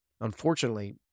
Unfortunately